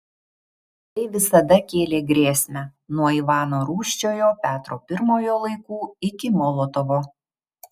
tai visada kėlė grėsmę nuo ivano rūsčiojo petro pirmojo laikų iki molotovo